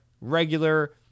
regular